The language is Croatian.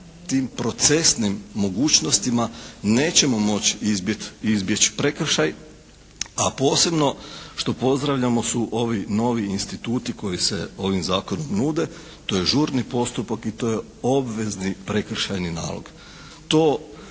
tim procesnim mogućnostima nećemo moći izbjeći prekršaj a posebno pozdravljamo su ovi novi instituti koji se ovim zakonom nude. To je žurni postupak i to je obvezni prekršajni nalog.